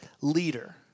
leader